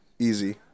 Easy